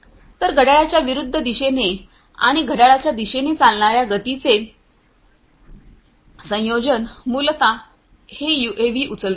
तर घड्याळाच्या विरुद्ध दिशेने आणि घड्याळाच्या दिशेने चालणार्या गतीचे संयोजन मूलत हे यूएव्ही उचलते